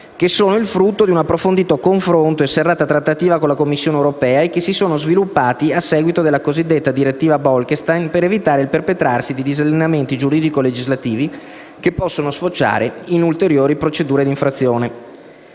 che sono il frutto di un approfondito confronto e di una serrata trattativa con la Commissione europea, e che si sono sviluppati a seguito della cosiddetta direttiva Bolkestein, per evitare il perpetrarsi di disallineamenti giuridico-legislativi che possono sfociare in ulteriori procedure di infrazione.